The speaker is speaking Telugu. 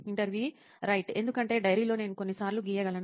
ఇంటర్వ్యూఈ రైట్ ఎందుకంటే డైరీలో నేను కొన్నిసార్లు గీయగలను